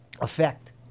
effect